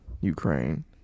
Ukraine